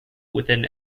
within